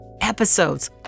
Episodes